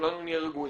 שכולנו נהיה רגועים.